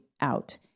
out